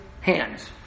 hands